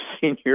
senior